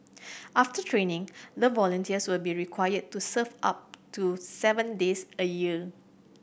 after training the volunteers will be required to serve up to seven days a year